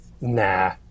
nah